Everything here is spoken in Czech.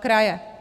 kraje.